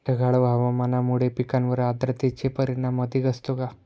ढगाळ हवामानामुळे पिकांवर आर्द्रतेचे परिणाम अधिक असतो का?